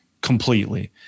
Completely